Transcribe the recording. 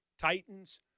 Titans